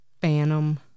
Phantom